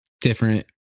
different